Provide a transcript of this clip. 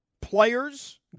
players